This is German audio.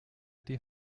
die